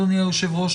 אדוני היושב-ראש,